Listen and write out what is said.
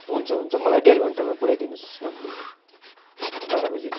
हुन्छ हुन्छ मलाई डेढ घन्टामा पुऱ्याइ दिनुहोस् न भोलि बाह्र बजी